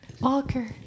walker